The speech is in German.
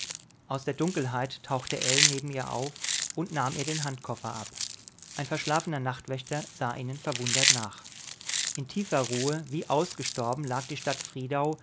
aus der dunkelheit tauchte ell neben ihr auf und nahm ihr den handkoffer ab ein verschlafener nachtwächter sah ihnen verwundert nach in tiefer ruhe wie ausgestorben lag die stadt friedau